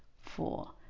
four